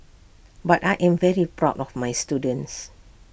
but I am very proud of my students